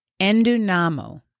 endunamo